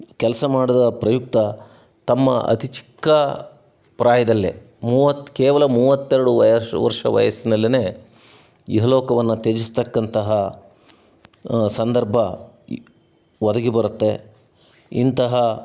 ಕೆಲಸ ಮಾಡಿದ ಪ್ರಯುಕ್ತ ತಮ್ಮ ಅತಿ ಚಿಕ್ಕ ಪ್ರಾಯದಲ್ಲೇ ಮೂವತ್ತು ಕೇವಲ ಮೂವತ್ತೆರಡು ವರ್ಷ ವಯಸ್ಸಿನಲ್ಲೇನೆ ಇಹಲೋಕವನ್ನು ತ್ಯಜಿಸತಕ್ಕಂತಹ ಸಂದರ್ಭ ಒದಗಿ ಬರುತ್ತೆ ಇಂತಹ